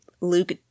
Luke